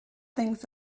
things